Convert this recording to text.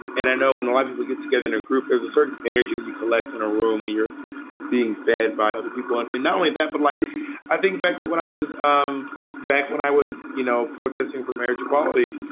and i know and love that we get together in a group. there's a certain energy that you collect in a room where you're being fed by other people. and and not only that, but like i think back to when i was um back when i was, you know, protesting for marriage equality